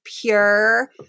pure